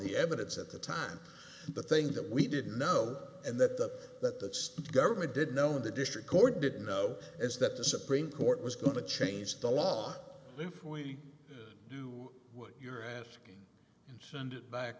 the evidence at the time the thing that we did know and that the that that's the government did know and the district court didn't know is that the supreme court was going to change the law if we do what you're asking and send it back